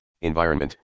environment